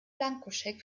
blankoscheck